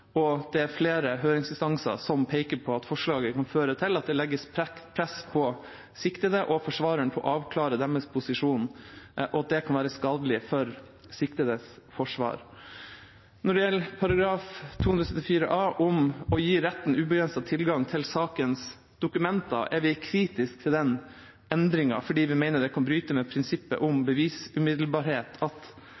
og det er flere høringsinstanser som peker på at forslaget kan føre til at det legges press på siktede og forsvareren om å avklare deres posisjon, og at det kan være skadelig for siktedes forsvar. Når det gjelder § 274 a om å gi retten ubegrenset tilgang til sakens dokumenter, er vi kritiske til den endringen, fordi vi mener det kan bryte med prinsippet om